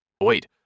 Wait